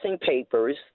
papers